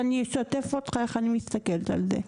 אני אשתף אותך איך שאני מסתכלת על זה.